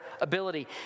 ability